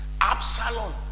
Absalom